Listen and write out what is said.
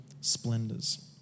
splendors